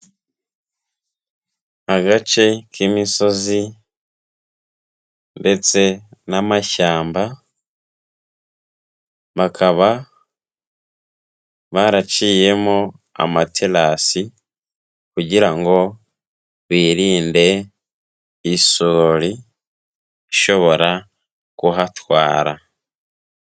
Agace k'imisozi ndetse n'amashyamba, bakaba baraciyemo amaterasi kugira ngo birinde isuri, ishobora kuhatwara.